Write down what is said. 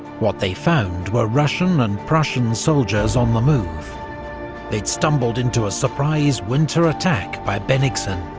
what they found were russian and prussian soldiers on the move they'd stumbled into a surprise winter attack by bennigsen.